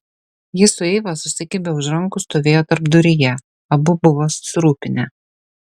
jis su eiva susikibę už rankų stovėjo tarpduryje abu buvo susirūpinę